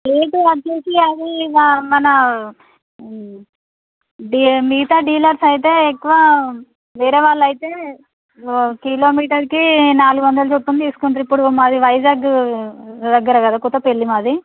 rate వచ్చి అది మన డీ మిగతా డీలర్స్ అయితే ఎక్కువ వేరే వాళ్ళైతే కిలోమీటర్కి నాలుగు వందల చప్పున తీసుకుంటారు ఇప్పుడు మాది వైజాగ్ దగ్గర కదా కొత్తపల్లి మాది